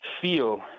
feel